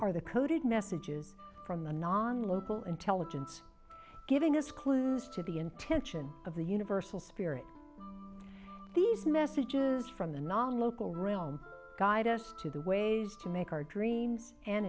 are the coded messages from a non local intelligence giving us clues to the intention of the universal spirit these messages from the non local realm guide us to the ways to make our dreams and